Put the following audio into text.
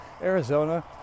Arizona